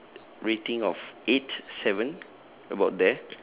rating of eight seven about there